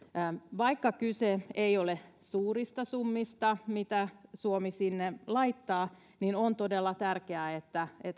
vaikka kyse ei ole suurista summista mitä suomi sinne laittaa niin on todella tärkeää että